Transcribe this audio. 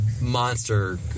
monster